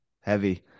Heavy